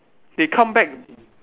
they come back